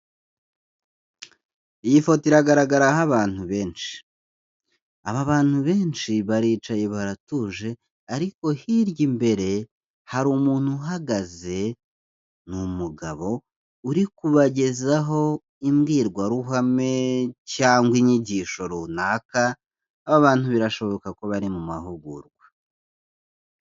Iyi foto iragaragara aho abantu benshi, aba bantu benshi baricaye baratuje ariko hirya imbere hari umuntu uhagaze ni umugabo uri kubagezaho imbwirwaruhame cyangwa inyigisho runaka, aba bantu birashoboka ko bari mu mahugurwa.